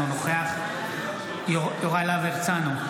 אינו נוכח יוראי להב הרצנו,